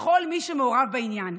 ולכל מי שמעורב בעניין